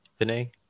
Vinay